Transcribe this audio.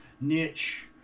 niche